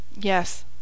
Yes